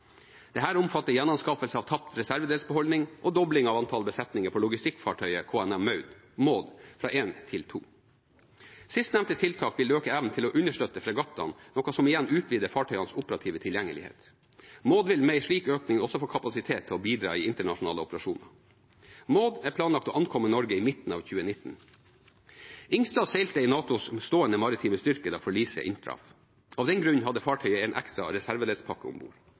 omfatter gjenanskaffelse av tapt reservedelsbeholdning og dobling av antall besetninger på logistikkfartøyet KNM «Maud» fra én til to. Sistnevnte tiltak vil øke evnen til å understøtte fregattene, noe som igjen utvider fartøyenes operative tilgjengelighet. «Maud» vil med en slik økning også få kapasitet til å bidra i internasjonale operasjoner. «Maud» er planlagt å ankomme Norge i midten av 2019. «Helge Ingstad» seilte i NATOs stående maritime styrke da forliset inntraff. Av den grunn hadde fartøyet en ekstra